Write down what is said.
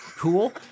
Cool